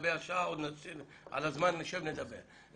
לגבי השעה והזמן עוד נשב ונדבר,